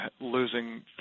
losing